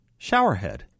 showerhead